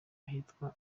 ahitwa